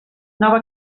nova